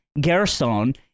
gerson